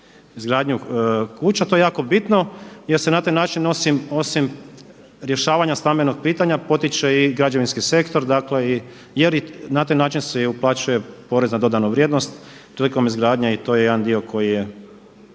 izgradnju kuća. To je jako bitno jer se na taj način nosim osim rješavanja stambenog pitanja potiče i građevinski sektor dakle jer na taj način se uplaćuje porez na dodanu vrijednost prilikom izgradnje i to je jedan dio koji je